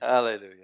Hallelujah